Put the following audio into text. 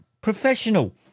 professional